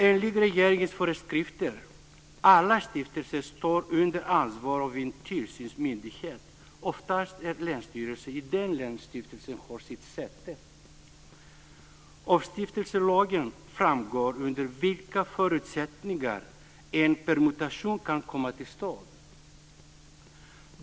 Enligt regeringens föreskrifter står alla stiftelser under en tillsynsmyndighets ansvar. Oftast är det länsstyrelsen i det län där stiftelsen har sitt säte. Av stiftelselagen framgår under vilka förutsättningar en permutation kan komma till stånd.